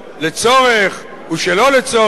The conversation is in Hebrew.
לצורך ושלא לצורך.